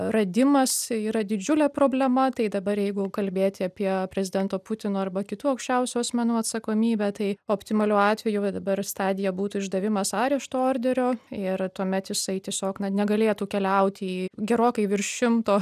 radimas yra didžiulė problema tai dabar jeigu kalbėti apie prezidento putino arba kitų aukščiausių asmenų atsakomybę tai optimaliu atveju va dabar stadija būtų išdavimas arešto orderio ir tuomet jisai tiesiog na negalėtų keliauti į gerokai virš šimto